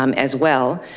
um as well,